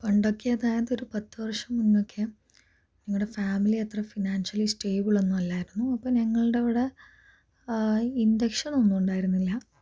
പണ്ടൊക്കെ അതായത് ഒരു പത്തു വർഷം മുൻപൊക്കെ ഞങ്ങളുടെ ഫാമിലി അത്ര ഫിനാൻഷ്യലി സ്റ്റേബിളൊന്നും അല്ലായിരുന്നു അപ്പോൾ ഞങ്ങളുടെ അവിടെ ഇൻ്റക്ഷൻ ഒന്നും ഉണ്ടായിരുന്നില്ല